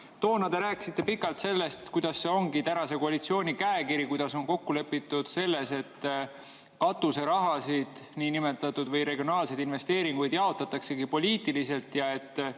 Toona te rääkisite pikalt sellest, kuidas see ongi tänase koalitsiooni käekiri, kuidas on kokku lepitud selles, et katuserahasid – niinimetatud – või regionaalseid investeeringuid jaotataksegi poliitiliselt. Ja et